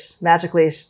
magically